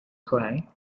cry